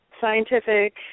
scientific